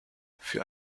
für